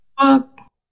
fuck